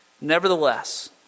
Nevertheless